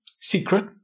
secret